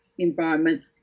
environment